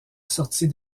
sortie